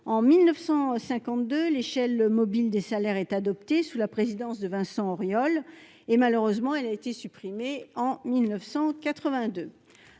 En 1952, l'échelle mobile des salaires fut adoptée, sous la présidence de Vincent Auriol, avant d'être malheureusement supprimée en 1982.